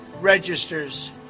registers